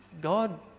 God